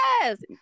Yes